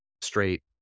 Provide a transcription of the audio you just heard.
straight